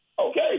Okay